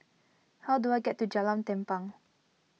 how do I get to Jalan Tampang